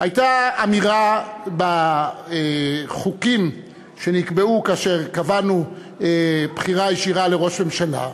הייתה אמירה בחוקים שנקבעו כאשר קבענו בחירה ישירה לראש ממשלה,